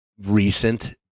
recent